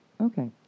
Okay